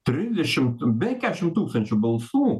trisdešimt beveik kešim tūkstančių balsų